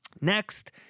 Next